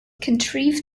contrive